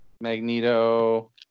Magneto